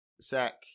sec